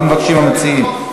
מה שמבקשים המציעים.